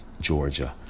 Georgia